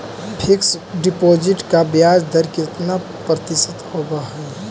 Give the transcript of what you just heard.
Fix deposit का ब्याज दर कितना प्रतिशत होब है?